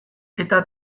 eta